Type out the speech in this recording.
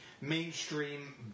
mainstream